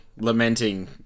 lamenting